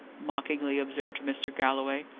mockingly observed mr. galloway,